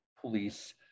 police